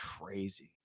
crazy